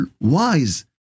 wise